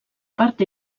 part